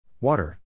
Water